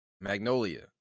Magnolia